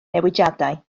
newidiadau